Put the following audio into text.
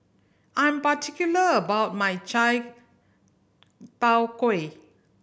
I'm particular about my chai tow kway